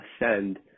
ascend